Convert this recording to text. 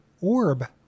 Orb